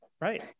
Right